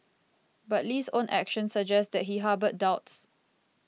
but Lee's own actions suggest that he harboured doubts